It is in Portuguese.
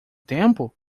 tempo